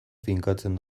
finkatzen